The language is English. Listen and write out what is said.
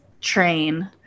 train